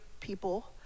people